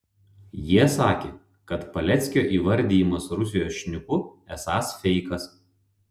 jie sakė kad paleckio įvardijimas rusijos šnipu esąs feikas